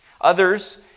Others